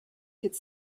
could